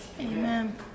Amen